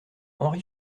henri